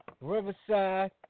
Riverside